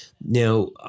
Now